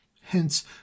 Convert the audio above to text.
hence